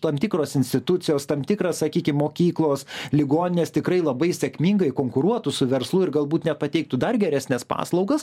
tam tikros institucijos tam tikra sakykim mokyklos ligoninės tikrai labai sėkmingai konkuruotų su verslu ir galbūt nepateiktų dar geresnes paslaugas